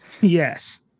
Yes